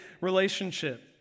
relationship